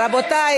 רבותי,